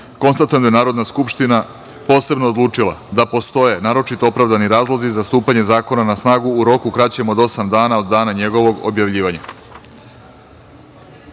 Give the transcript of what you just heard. jedan. Konstatujem da je Narodna skupština posebno odlučila da postoje naročito opravdani razlozi za stupanje zakona na snagu u roku kraćem od osam dana od dana njegovog objavljivanja. Stavljam